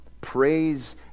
Praise